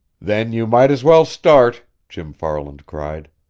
then you might as well start! jim farland cried.